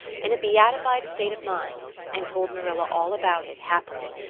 in a beatified state of mind and told marilla all about it happily,